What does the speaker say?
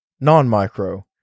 non-micro